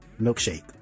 milkshake